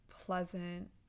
pleasant